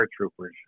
paratroopers